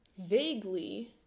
Vaguely